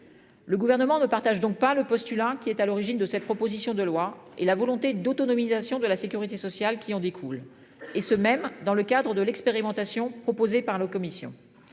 Le gouvernement ne partage donc pas le postulat qui est à l'origine de cette proposition de loi et la volonté d'autonomisation de la sécurité sociale qui en découle. Et ce même dans le cadre de l'expérimentation proposée par la Commission.